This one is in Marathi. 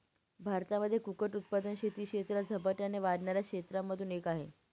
भारतामध्ये कुक्कुट उत्पादन शेती क्षेत्रात झपाट्याने वाढणाऱ्या क्षेत्रांमधून एक आहे